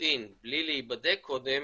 לנישואין בלי להיבדק קודם